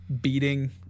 beating